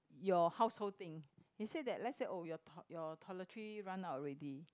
your household thing they say that let's say oh your t~ toiletries run out already